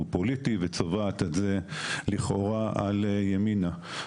פוליטי וצובעת את זה לכאורה על ימינה.